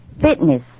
fitness